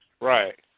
right